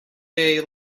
bay